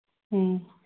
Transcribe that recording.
ꯎꯝ